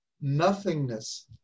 nothingness